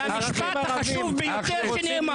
זה המשפט החשוב ביותר שנאמר בכנסת.